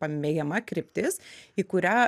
pamėgiama kryptis į kurią